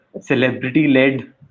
celebrity-led